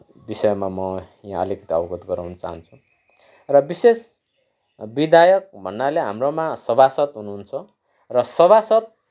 विषयमा म यहा अलिकति अवगत गराउन चाहन्छु र विशेष विधायक भन्नाले हाम्रोमा सभासद हुनुहुन्छ र सभासद